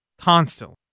constantly